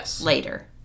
later